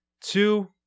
two